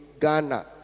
Ghana